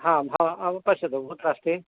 हा पश्यतु कुत्र अस्ति